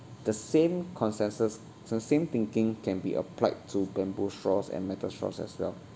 the same consensus the same thinking can be applied to bamboo straws and metal straws as well